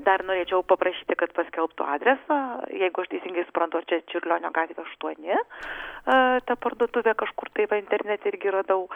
dar norėčiau paprašyti kad paskelbtų adresą jeigu aš teisingai suprantu ar čia čiurlionio gatvė aštuoni ta parduotuvė kažkur tai yra internete irgi radau